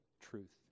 truth